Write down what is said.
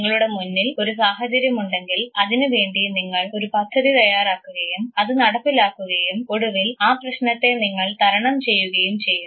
നിങ്ങളുടെ മുന്നിൽ ഒരു സാഹചര്യം ഉണ്ടെങ്കിൽ അതിനു വേണ്ടി നിങ്ങൾ ഒരു പദ്ധതി തയ്യാറാക്കുകയും അത് നടപ്പിലാക്കുകയും ഒടുവിൽ ആ പ്രശ്നത്തെ നിങ്ങൾ തരണം ചെയ്യുകയും ചെയ്യുന്നു